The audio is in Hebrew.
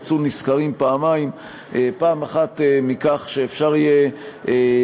יצאו נשכרים פעמיים: פעם אחת מכך שאפשר יהיה